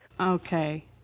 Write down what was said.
Okay